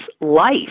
life